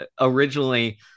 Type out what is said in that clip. originally